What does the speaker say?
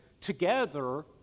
together